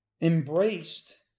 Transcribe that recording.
embraced